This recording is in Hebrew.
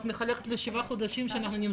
אני גם מחזקת את האמירה של יפעת שאנחנו זקוקים